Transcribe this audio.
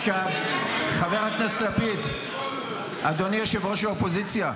חבר הכנסת לפיד, אדוני ראש האופוזיציה,